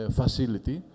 facility